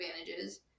advantages